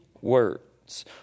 words